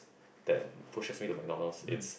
that pushes me to McDonald's it's